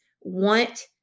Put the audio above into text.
want